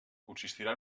consistirà